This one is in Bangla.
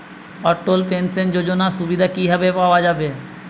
অটল পেনশন যোজনার সুবিধা কি ভাবে পাওয়া যাবে?